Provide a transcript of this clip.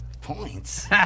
Points